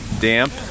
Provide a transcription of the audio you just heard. damp